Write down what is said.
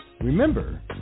Remember